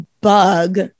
bug